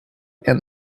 and